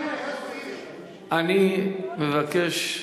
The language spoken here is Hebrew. אני מבקש.